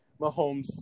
Mahomes